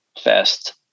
fast